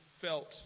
felt